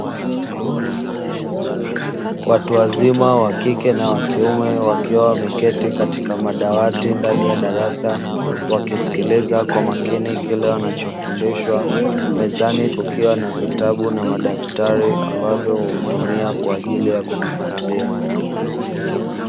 Watu wazima wa kike na wa kiume wakiwa wameketi katika madawati ndani ya darasa wakisikiliza kwa makini kile wanachofundishwa, mezani kukiwa na vitabu na madaftari ambavyo hutumia kwa ajili ya kujifunzia.